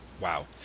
Wow